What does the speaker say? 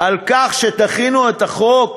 על כך שדחינו את החוק